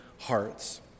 hearts